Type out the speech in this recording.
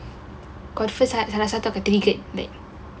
confirm ah salah satu akan terdikit